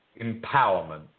empowerment